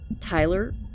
Tyler